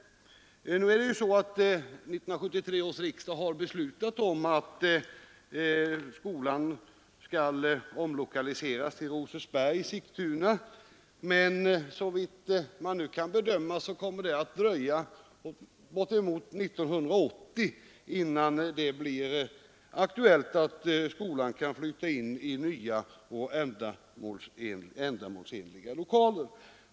Årets riksdag har beslutat att skolan skall omlokaliseras till Rosersberg utanför Sigtuna, men såvitt man nu kan bedöma kommer det att dröja bortemot år 1980 innan det blir aktuellt att skolan kan flytta in i nya och ändamålsenliga lokaler.